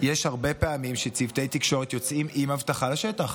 שיש הרבה פעמים שצוותי תקשורת יוצאים עם אבטחה לשטח,